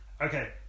Okay